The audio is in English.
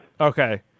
Okay